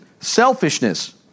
selfishness